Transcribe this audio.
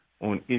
on